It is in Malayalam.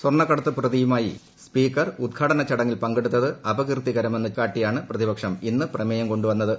സ്വർണ്ണക്കടത്ത് പ്രതിയുമായി സ്പീക്കർ ഉദ്ഘാടന ചടങ്ങിൽ പങ്കെടുത്തത് അപകീർത്തികരമെന്ന് കാട്ടിയാണ് പ്രതിപക്ഷം ഇന്ന് പ്രമേയം കൊണ്ടുവന്നത്